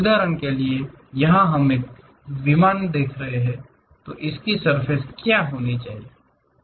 उदाहरण के लिए यहां हम एक विमान दिखा रहे हैं तो इसकी सर्फ़ेस क्या होनी चाहिए